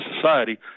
society